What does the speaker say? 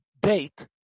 date